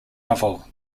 novel